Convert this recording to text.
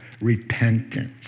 repentance